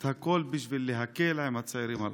את הכול, בשביל להקל על הצעירים הללו.